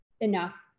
enough